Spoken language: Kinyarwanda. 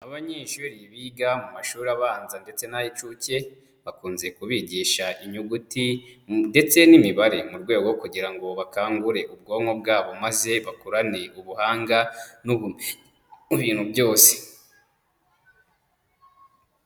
Abanyeshuri biga mu mashuri abanza ndetse n'ay'inshuke, bakunze kubigisha inyuguti ndetse n'imibare mu rwego rwo kugira ngo bakangure ubwonko bwabo maze bakurane ubuhanga n'ubumenyi mu bintu byose.